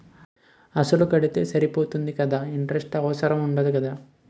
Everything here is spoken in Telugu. అసలు కడితే సరిపోతుంది కదా ఇంటరెస్ట్ అవసరం ఉండదు కదా?